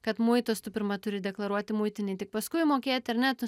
kad muitus tu pirma turi deklaruoti muitinėj tik paskui mokėti ar ne